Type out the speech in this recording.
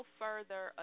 further